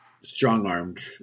strong-armed